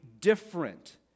different